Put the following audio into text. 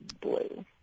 blue